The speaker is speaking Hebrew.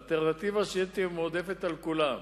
אלטרנטיבה שתהיה מועדפת על כולם: